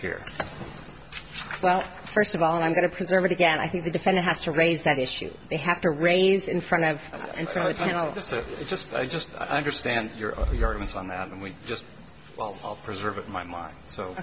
well first of all i'm going to preserve it again i think the defendant has to raise that issue they have to raise in front of you know just just i understand your guidance on that and we just preserve in my mind so